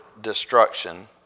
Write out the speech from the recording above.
destruction